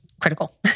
critical